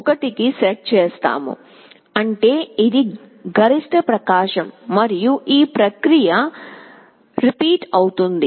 0 కి సెట్ చేసాము అంటే ఇది గరిష్ట ప్రకాశం మరియు ఈ ప్రక్రియ రిపీట్ అవుతుంది